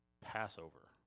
Passover